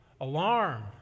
alarm